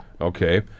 Okay